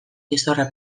txistorra